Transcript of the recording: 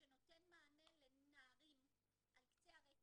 שנותן מענה לנערים על קצה הרצף,